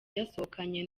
yasohokanye